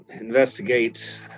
investigate